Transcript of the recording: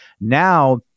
now